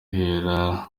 ihera